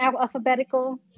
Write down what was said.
alphabetical